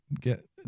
get